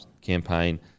campaign